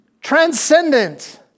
transcendent